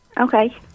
Okay